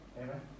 Amen